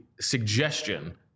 suggestion